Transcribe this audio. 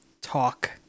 talk